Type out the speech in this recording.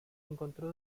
encontró